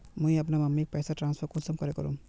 मुई अपना मम्मीक पैसा ट्रांसफर कुंसम करे करूम?